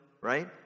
right